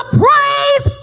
praise